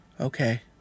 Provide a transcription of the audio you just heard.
Okay